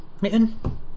mitten